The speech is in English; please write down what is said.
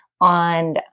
on